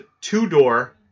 two-door